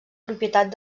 propietat